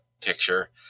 picture